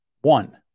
one